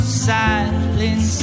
silence